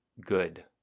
good